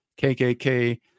KKK